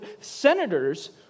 senators